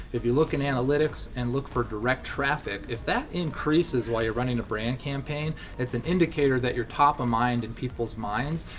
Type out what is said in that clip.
if you look in analytics, and look for direct traffic, if that increases while you're running a brand campaign, its an indicator that you're top of mind in people's minds,